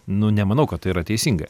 nu nemanau kad tai yra teisinga